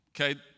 okay